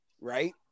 Right